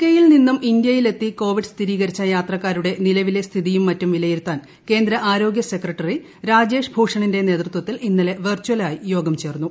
K യിൽ നിന്നും ഇന്ത്യയിലെത്തി കോവിഡ് സ്ഥിരീകരിച്ച യാത്രക്കാരുടെ നിലവിലെ സ്ഥിതിയും മറ്റും വിലയിരുത്താൻ കേന്ദ്ര ആരോഗ്യ സെക്രട്ടറി രാജേഷ് ഭൂഷണിന്റെ നേതൃത്വത്തിൽ ഇന്നലെ വെർചലായി യോഗം ചേർന്നു